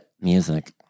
music